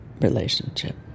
relationship